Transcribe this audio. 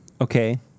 okay